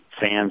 fans